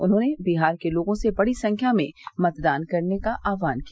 उन्होंने बिहार के लोर्गो से बड़ी संख्या में मतदान करने का आह्वान किया